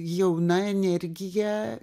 jauna energija